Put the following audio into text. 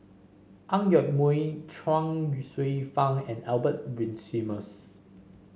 Ang Yoke Mooi Chuang Hsueh Fang and Albert Winsemius